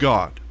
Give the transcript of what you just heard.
God